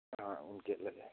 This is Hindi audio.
हाँ उनके अलग हैं